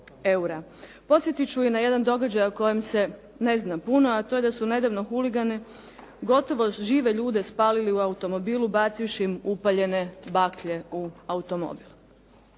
Podsjetit ću i na jedan događaj o kojem se ne zna puno, a to je da su nedavno huligani gotovo žive ljude spalili u automobilu bacivši im upaljene baklje u automobil.